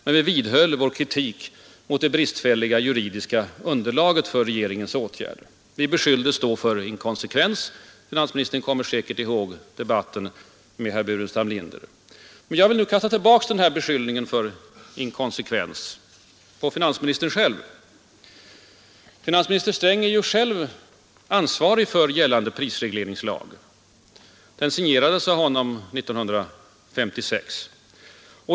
Men vi vidhöll vår kritik mot det bristfälliga juridiska underlaget för regeringens åtgärd. Vi beskylldes då för inkonsekvens. Finansministern kommer säkert ihåg debatten med herr Burenstam Linder. Jag vill nu kasta tillbaka beskyllningen för inkonsekvens på finansministern själv. Herr Sträng är ju ansvarig för gällande prisregleringslag. Den signerades av honom år 1956.